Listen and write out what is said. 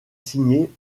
signée